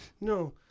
No